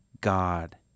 God